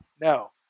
no